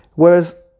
Whereas